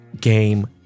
game